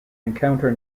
encounter